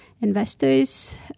investors